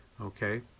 okay